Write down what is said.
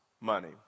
money